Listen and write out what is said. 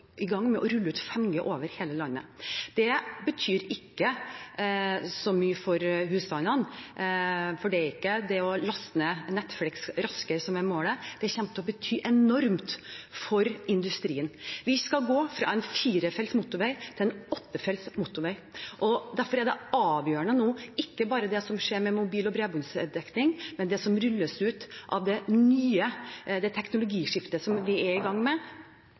i gang med å rulle ut 5G over hele landet. Det betyr ikke så mye for husstandene, for det er ikke det å laste ned Netflix raskere som er målet, men det kommer til å bety enormt for industrien. Vi skal gå fra en firefelts motorvei til en åttefelts motorvei. Derfor er det avgjørende nå ikke bare det som skjer med mobil- og bredbåndsdekning, men det som rulles ut med det nye teknologiskiftet som vi er i gang med.